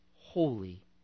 holy